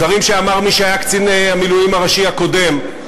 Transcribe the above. דברים שאמר מי שהיה קצין המילואים הראשי הקודם,